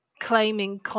claiming